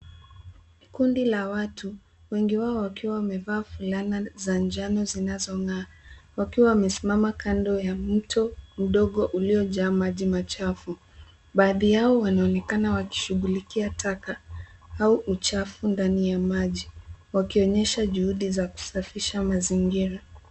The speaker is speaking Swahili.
Kundi la watu, wengi wao wakiwa wamevaa fulana za njano zinazong'aa. Wakiwa wamesimama kando ya mto mdogo uliojaa maji machafu. Baadhi yao wanaonekana wakishughulikia taka au uchafu ndani ya maji. Wakionyesha juhudi za kusafisha mazingira.